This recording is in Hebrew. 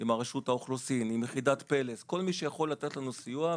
עם רשות האוכלוסין ועם יחידת פל"ס וכל מי שיכול לתת לנו סיוע.